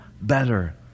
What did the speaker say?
better